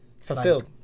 fulfilled